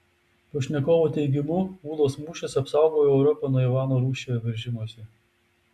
pašnekovo teigimu ūlos mūšis apsaugojo europą nuo ivano rūsčiojo veržimosi